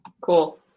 Cool